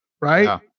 Right